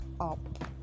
up